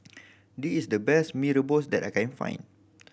this is the best Mee Rebus that I can find